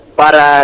para